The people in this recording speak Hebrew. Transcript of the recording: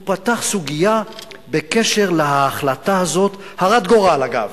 הוא פתח סוגיה בקשר להחלטה הזאת, הרת גורל, אגב,